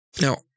Now